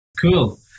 Cool